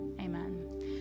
amen